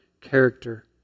character